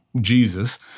Jesus